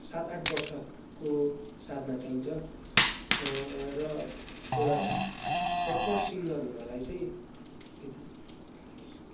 सात आठ वर्षको साधना चाहिन्छ र एउटा पर्पर सिङ्गर हुनुको लागि चाहिँ त्यति